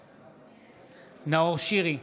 בעד נאור שירי,